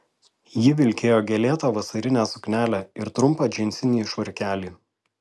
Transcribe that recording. ji vilkėjo gėlėtą vasarinę suknelę ir trumpą džinsinį švarkelį